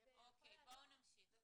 --- אני ממשיכה בקריאה: